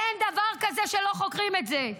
אין דבר כזה שלא חוקרים את זה,